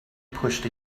pushed